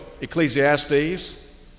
Ecclesiastes